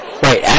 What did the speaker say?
wait